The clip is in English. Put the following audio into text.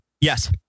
Yes